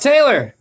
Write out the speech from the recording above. Taylor